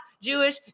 Jewish